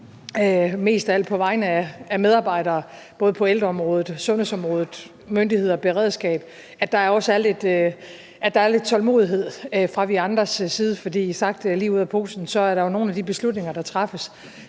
mest af alt på vegne af medarbejdere på både ældreområdet og sundhedsområdet, myndigheder og beredskab – at der er lidt tålmodighed fra vores andres side, for sagt lige ud af posen er der jo nogle af de beslutninger, der træffes,